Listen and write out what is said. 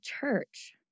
church